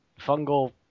fungal